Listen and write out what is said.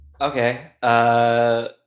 Okay